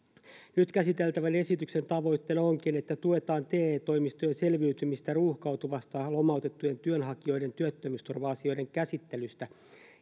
nyt käsiteltävän esityksen tavoitteena onkin että tuetaan te toimistojen selviytymistä ruuhkautuvasta lomautettujen työnhakijoiden työttömyysturva asioiden käsittelystä